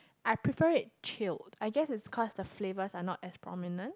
I prefer it chilled I guess is cause the flavors are not as pomegranate